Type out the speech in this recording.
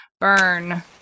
burn